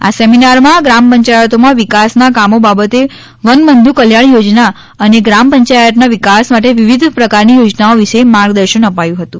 આ સેમિનારમાં ગ્રામ પંચાયતોમાં વિકાસના કામો બાબતે વન બંધુ કલ્યાણ યોજના અને ગ્રામ પંચાયતનો વિકાસ માટે વિવિધ પ્રકારની યોજનાઓ વિશે માર્ગદર્શન અપાયું હતું